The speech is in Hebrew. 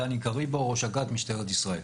דני קריבו, ראש אג"ת, משטרת ישראל.